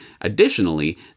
Additionally